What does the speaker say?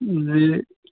جی